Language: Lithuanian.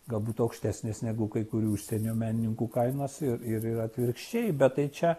galbūt aukštesnės negu kai kurių užsienio menininkų kainos ir ir atvirkščiai bet tai čia